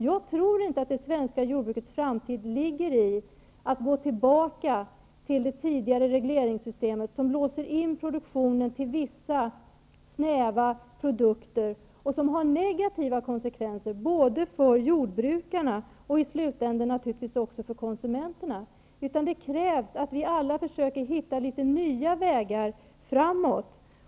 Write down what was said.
Jag tror inte att det svenska jordbrukets framtid ligger i att gå tillbaka till det tidigare regleringssystemet som snävt låser produktionen till att omfatta vissa produkter och som har negativa konsekvenser för jordbrukarna och i slutändan naturligtvis även för konsumenterna. Det krävs att vi alla försöker hitta litet nya vägar framåt.